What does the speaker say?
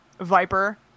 Viper